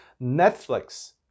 Netflix